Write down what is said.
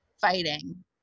fighting